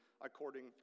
according